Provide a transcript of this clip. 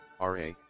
RA